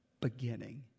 beginning